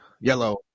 yellow